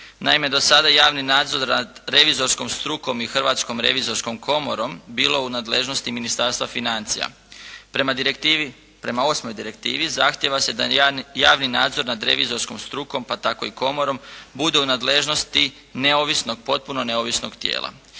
Naime, do sada javni nadzor nad revizorskom strukom i Hrvatskom revizorskom komorom, bilo u nadležnosti u Ministarstva financija. Prema direktivi, prema osmoj direktivi zahtjeva se da javni nadzor nad revizorskom strukom pa tako i komorom, bude u nadležnosti, neovisnog, potpuno neovisnog tijela.